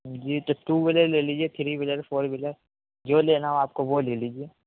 جی تو two wheeler لے لیجیے تھری ویلر فور ویلر جو لینا ہو آپ کو وہ لے لیجیے